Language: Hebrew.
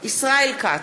ישראל כץ,